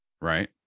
right